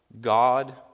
God